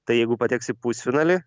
tai jeigu pateks į pusfinalį